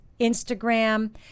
Instagram